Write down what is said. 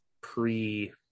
pre